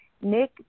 Nick